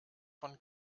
von